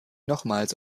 nochmals